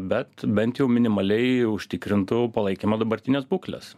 bet bent jau minimaliai užtikrintų palaikymą dabartinės būklės